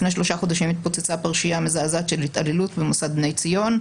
לפני שלושה חודשים התפוצצה פרשייה מזעזעת של התעללות במוסד בני ציון,